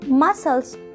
Muscles